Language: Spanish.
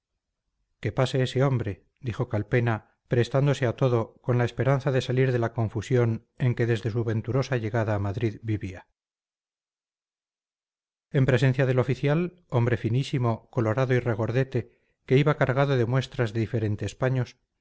ancho que pase ese hombre dijo calpena prestándose a todo con la esperanza de salir de la confusión en que desde su venturosa llegada a madrid vivía en presencia del oficial hombre finísimo colorado y regordete que iba cargado de muestras de diferentes paños